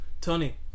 Tony